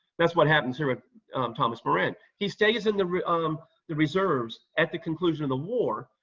that's what happens here with thomas moran. he stays in the um the reserves at the conclusion of the war.